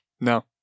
No